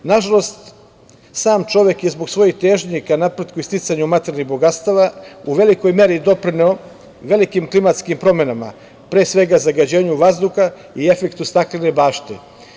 Nažalost, sam čovek je zbog svojih težnji ka napretku i sticanju materijalnih bogatstava u velikoj meri doprineo velikim klimatskim promenama, pre svega zagađenju vazduha i efektu staklene bašte.